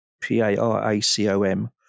P-A-R-A-C-O-M